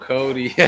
Cody